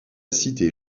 cité